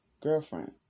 girlfriend